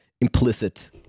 implicit